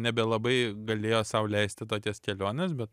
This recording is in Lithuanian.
nebelabai galėjo sau leisti tokias keliones bet